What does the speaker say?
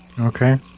Okay